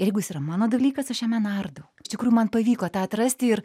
jeigu jis yra mano dalykas aš jame nardau iš tikrųjų man pavyko tą atrasti ir